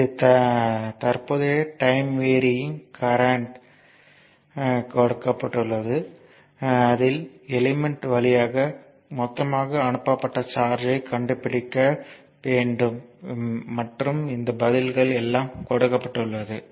இது time varying current கொடுக்கப்பட்டுள்ளது அதில் எலிமெண்ட் வழியாக மொத்தமாக அனுப்பப்பட்ட சார்ஜ்யைக் கண்டுபிடிக்க வேண்டும் மற்றும் இந்த பதில்கள் எல்லாம் கொடுக்கப்பட்டுள்ளது